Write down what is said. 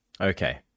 Okay